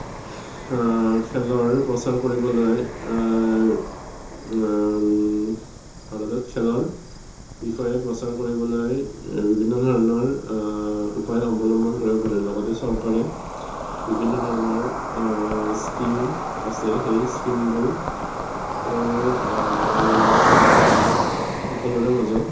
খেলৰ প্ৰচাৰ কৰিবলৈ ভাৰতত খেলৰ বিষয়ে প্ৰচাৰ কৰিবলৈ বিভিন্ন ধৰণৰ উপায় অৱলম্বন কৰিব পাৰি লগতে চৰকাৰে বিভিন্ন ধৰণৰ স্কীম আছে সেই স্কীমবোৰ ল'ৰা ছোৱালী বা সকলোৰে মাজত